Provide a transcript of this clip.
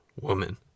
woman